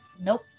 Nope